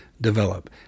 develop